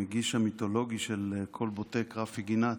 המגיש המיתולוגי של כלבוטק רפי גינת?